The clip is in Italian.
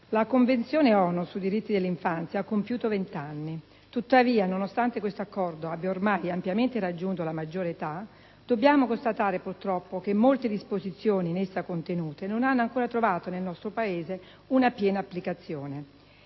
la Convenzione ONU sui diritti dell'infanzia ha compiuto vent'anni. Tuttavia, nonostante questo accordo abbia ormai ampiamente raggiunto la maggiore età, dobbiamo constatare purtroppo che molte disposizioni in essa contenute non hanno ancora trovato nel nostro Paese una piena applicazione.